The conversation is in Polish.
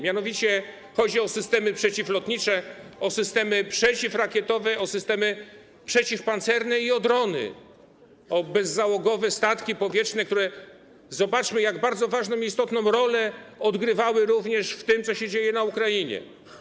Mianowicie chodzi o systemy przeciwlotnicze, o systemy przeciwrakietowe, o systemy przeciwpancerne i o drony, o bezzałogowe statki powietrzne, które - zobaczmy to - bardzo ważną i istotną rolę odgrywają również w tym, co się dzieje na Ukrainie.